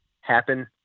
happen